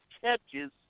catches